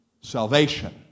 Salvation